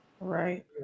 Right